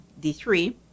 D3